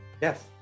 Yes